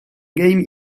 game